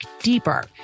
deeper